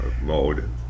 mode